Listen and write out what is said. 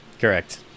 Correct